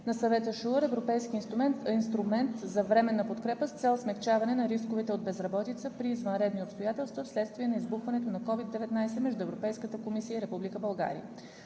на Съвета SURE – Европейски инструмент за временна подкрепа с цел смекчаване на рисковете от безработица при извънредни обстоятелства вследствие на избухването на COVID-19, между Европейската комисия и Република България